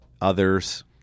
others –